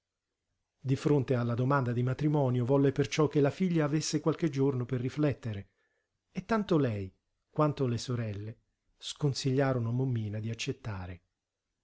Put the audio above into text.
di fronte alla domanda di matrimonio volle perciò che la figlia avesse qualche giorno per riflettere e tanto lei quanto le sorelle sconsigliarono mommina di accettare